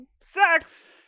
sex